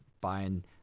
Buying